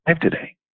today